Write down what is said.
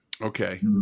Okay